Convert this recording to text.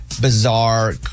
bizarre